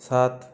সাত